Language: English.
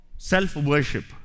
Self-worship